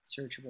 searchable